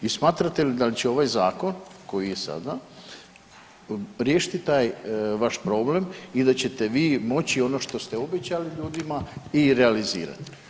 I smatrate li da li će ovaj zakon koji je sada riješiti taj vaš problem i da ćete vi moći ono što ste obećali ljudima i realizirati.